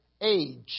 age